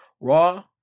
Raw